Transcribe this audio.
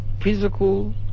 physical